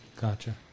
Gotcha